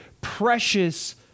precious